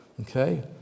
Okay